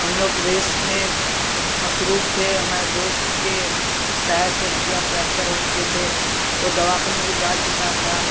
ہم لوگ ریس میں مصروف تھے ہمارے دوست کے پیر کے ہڈیاں فریکچر ہوچکے تھے وہ دواخانے کو جا چکا تھا